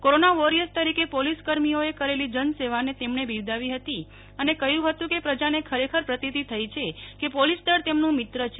corona warriors તરીકે police કર્મીઓએ કરેલી જનસેવાને તેમણે બિરદાવી હતી અને કહ્યું હતું કે પ્રજાને ખરેખર પર્તીતિ થઈ છે કે પોલીસ દળ તેમનું મિત્ર છે